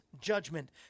judgment